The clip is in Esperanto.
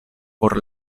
por